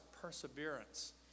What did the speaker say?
perseverance